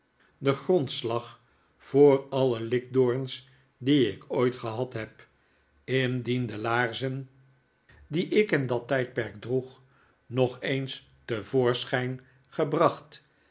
den grondslag voor alle likdoorns die ik ooit gehad heb indien de laarzen die ik in dat david copperfield tijdperk droeg nog eens te voorschijn gebracht